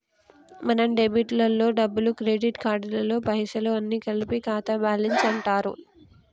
మన డెబిట్ లలో డబ్బులు క్రెడిట్ కార్డులలో పైసలు అన్ని కలిపి ఖాతా బ్యాలెన్స్ అంటారు